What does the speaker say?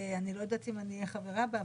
אני לא יודעת אם אהיה חברה בה,